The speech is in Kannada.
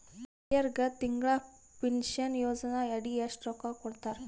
ಹಿರಿಯರಗ ತಿಂಗಳ ಪೀನಷನಯೋಜನ ಅಡಿ ಎಷ್ಟ ರೊಕ್ಕ ಕೊಡತಾರ?